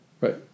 Right